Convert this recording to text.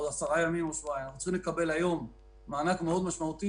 10 ימים או שבועיים מענק מאוד משמעותי